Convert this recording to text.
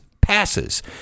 passes